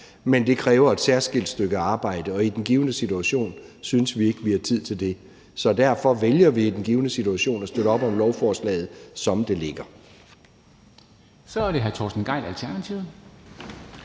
Men det kræver et særskilt stykke arbejde, og i den givne situation synes vi ikke vi har tid til det. Så derfor vælger vi i den givne situation at støtte op om lovforslaget, som det ligger. Kl. 10:58 Formanden (Henrik